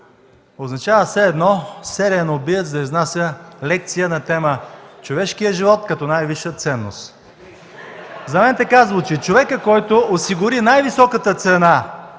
означава, все едно сериен убиец да изнася лекция на тема „Човешкият живот като най-висша ценност”. (Смях.) За мен така звучи. Човекът, който осигури най-високата цена